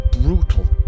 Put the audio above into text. brutal